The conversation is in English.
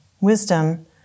Wisdom